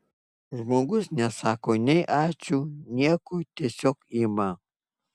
žmogus nesako nei ačiū nieko tiesiog ima